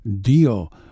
deal